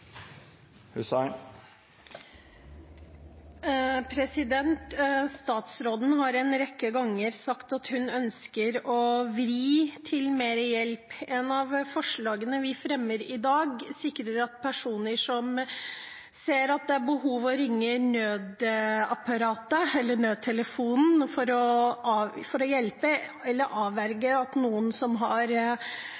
Statsråden har en rekke ganger sagt at hun ønsker å vri dette over til mer hjelp. Et av forslagene vi fremmer i dag, sikrer at personer som ser det er behov for å ringe nødtelefonen for å hjelpe, eller for å